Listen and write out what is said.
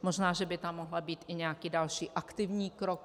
Možná že by tam mohl být i nějaký další aktivní krok.